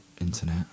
internet